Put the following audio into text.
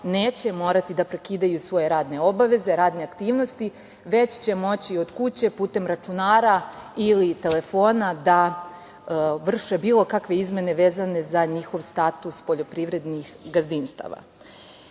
neće morati da prekidaju svoje radne obaveze, radne aktivnosti, već će moći od kuće putem računara ili telefona da vrše bilo kakve izmene vezane za njihov status poljoprivrednih gazdinstava. Jedna